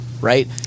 right